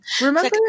Remember